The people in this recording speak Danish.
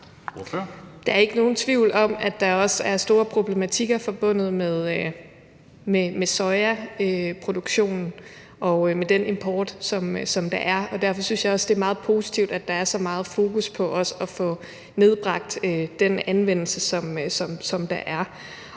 Der er ikke nogen tvivl om, at der også er store problematikker forbundet med sojaproduktionen og med den import, der er. Derfor synes jeg også, det er meget positivt, at der er så meget fokus på også at få nedbragt den anvendelse, der er.